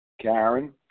Karen